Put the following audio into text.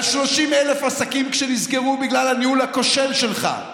30,000 עסקים שנסגרו בגלל הניהול הכושל שלך,